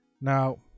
Now